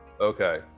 Okay